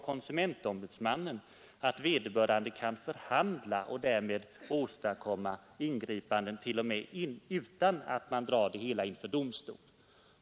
Konsumentombudsmannen kan t.ex. också förhandla och åstadkomma ingripanden t.o.m. utan att man drar ärenden inför domstol.